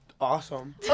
awesome